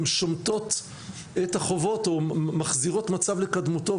הן שומטות את החובות, או מחזירות מצב לקדמותו.